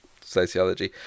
sociology